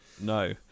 No